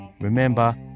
Remember